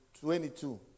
Twenty-two